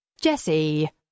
Jesse